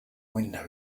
window